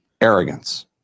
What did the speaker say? arrogance